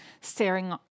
staring